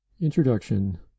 Introduction